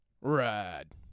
ride